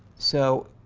so,